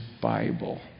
Bible